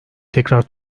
tekrar